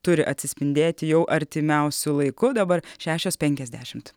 turi atsispindėti jau artimiausiu laiku dabar šešios penkiasdešimt